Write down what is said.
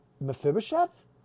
Mephibosheth